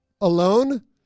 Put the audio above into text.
Alone